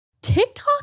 TikTok